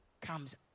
comes